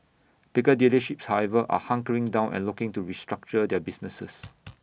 bigger dealerships however are hunkering down and looking to restructure their businesses